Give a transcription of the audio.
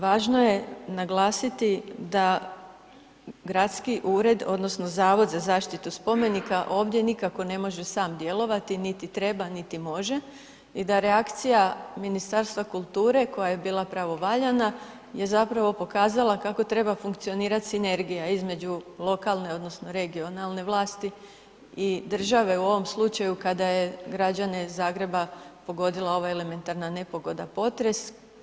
Važno je naglasiti da Gradski ured odnosno Zavod za zaštitu spomenika ovdje ne može nikako sam djelovati, niti treba, niti može i da reakcija Ministarstva kulture koja je bila pravovaljana je zapravo pokazala kako treba funkcionirati sinergija između lokalne odnosno regionalne vlasti i države u ovom slučaju kada je građane Zagreba pogodila ova elementarna nepogoda, potres.